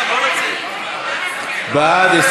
בעד,